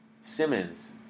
Simmons